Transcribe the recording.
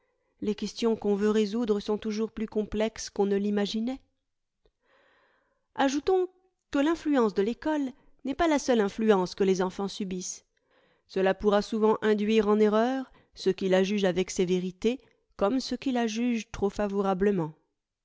les questions qu'on veut résoudre sont toujours plus complexes qu'on ne l'imaginait ajoutons que l'influence de l'ecole n'est pas la seule influence que les enfants subissent cela pourra souvent induire en erreur ceux qui la jugent avec sévérité comme ceux qui la jugent trop favorablement